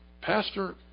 Pastor